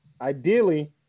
Ideally